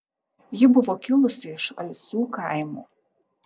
ji buvo kilusi iš alsių kaimo